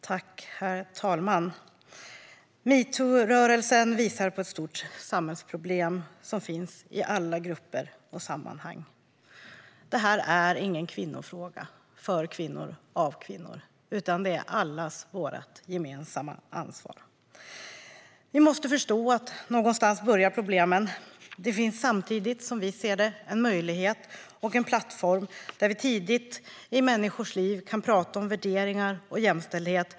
Herr talman! Metoo-rörelsen visar på ett stort samhällsproblem som finns i alla grupper och sammanhang. Det här är ingen kvinnofråga för kvinnor av kvinnor, utan det är allas vårt gemensamma ansvar. Vi måste förstå att problemen börjar någonstans. Det finns samtidigt, som vi ser det, en möjlighet och en plattform, där vi tidigt i människors liv kan prata om värderingar och jämställdhet.